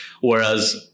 Whereas